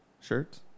Shirts